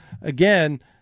again